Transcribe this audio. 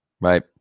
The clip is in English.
right